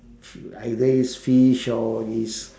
either use fish or this